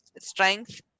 strength